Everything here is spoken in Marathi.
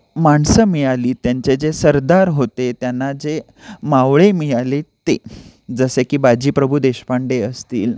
माणसं मिळाली त्यांचे जे सरदार होते त्यांना जे मावळे मिळाले ते जसे की बाजी प्रभु देशपांडे असतील